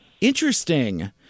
Interesting